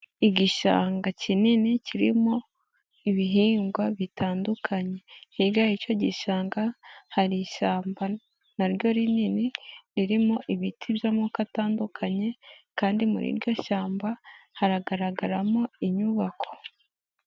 Igishanga kinini kirimo ibihingwa bitandukanye hirya y'icyo gishanga hari ishyamba naryo rinini ririmo ibiti by'amoko atandukanye kandi muri iryo shyamba haragaragaramo inyubako.